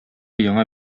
яңа